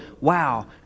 wow